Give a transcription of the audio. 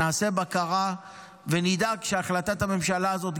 נעשה בקרה ונדאג שהחלטת הממשלה הזאת,